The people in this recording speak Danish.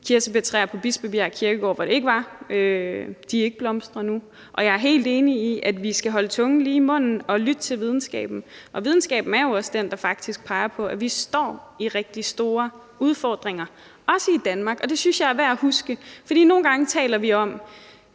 kirsebærtræer på Bispebjerg Kirkegård ikke blomstrer nu, og jeg er helt enig i, at vi skal holde tungen lige i munden og lytte til videnskaben, og videnskaben er jo faktisk også den, der peger på, at vi står med rigtig store udfordringer, også i Danmark, og det synes jeg er værd at huske. For nogle gange taler vi om